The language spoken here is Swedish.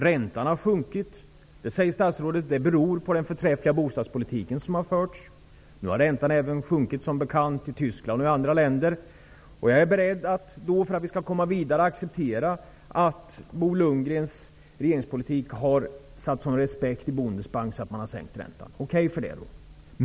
Räntan har sjunkit, och statsrådet säger att det beror på den förträffliga bostadspolitik som har förts. Nu har räntan som bekant sjunkit även i Tyskland och i andra länder. Jag är för att vi skall komma vidare beredd att acceptera att Bo Lundgrens politik har satt sådan respekt i Bundestag att man där har sänkt räntan.